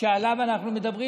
שעליו אנחנו מדברים.